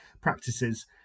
practices